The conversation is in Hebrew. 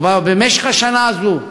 או במשך השנה הזאת,